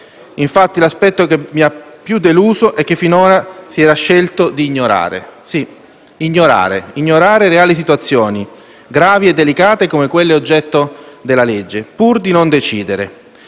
L'aspetto che mi ha più deluso è che finora si era scelto di ignorare; sì, ignorare le reali situazioni, gravi e delicate, come quelle oggetto della legge, pur di non decidere.